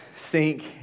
sink